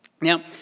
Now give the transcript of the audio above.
Now